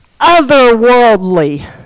otherworldly